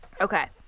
Okay